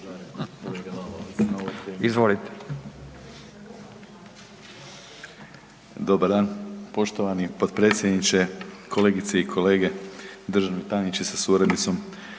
(HDZ)** Dobar dan poštovani potpredsjedniče, kolegice i kolege, državni tajniče sa suradnicom.